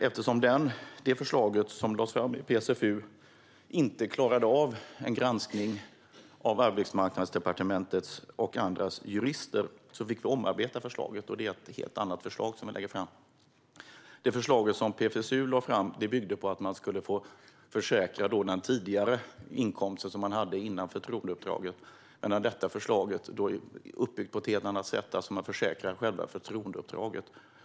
Eftersom det förslag som lades fram av PSFU inte klarade av en granskning av Arbetsmarknadsdepartementets och andras jurister fick vi omarbeta det, och det är ett helt annat förslag som nu läggs fram. Det förslag som PSFU lade fram byggde på att man skulle få försäkra den inkomst man hade före förtroendeuppdraget, och detta förslag är uppbyggt på ett helt annat sätt. Man försäkrar själva förtroendeuppdraget.